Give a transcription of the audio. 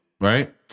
right